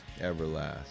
Everlast